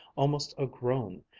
almost a groan,